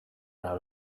out